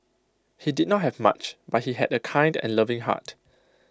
he did not have much but he had A kind and loving heart